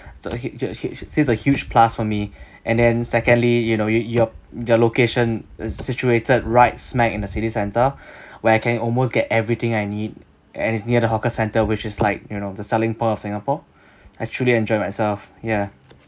sees a huge plus for me and then secondly you know your your location is situated right smack in the city centre where I can almost get everything I need and is near the hawker centre which is like you know the selling point of singapore I truly enjoy myself ya